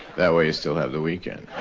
that way you still have the weekend.